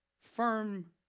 firm